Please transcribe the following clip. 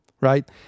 Right